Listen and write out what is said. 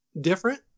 different